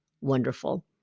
wonderful